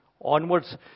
onwards